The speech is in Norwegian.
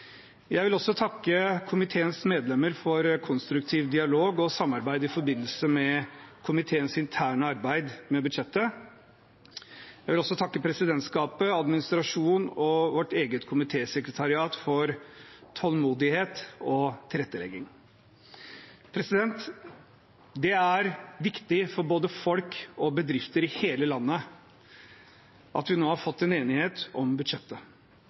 Jeg vil også takke komiteens medlemmer for konstruktiv dialog og samarbeid i forbindelse med komiteens interne arbeid med budsjettet. Og jeg vil også takke presidentskapet, administrasjonen og vårt eget komitésekretariat for tålmodighet og tilrettelegging. Det er viktig for både folk og bedrifter i hele landet at vi nå har fått enighet om budsjettet.